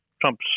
Trump's